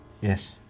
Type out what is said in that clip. Yes